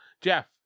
Jeff